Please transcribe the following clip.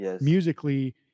musically